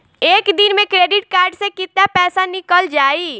एक दिन मे क्रेडिट कार्ड से कितना पैसा निकल जाई?